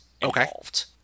involved